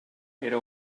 era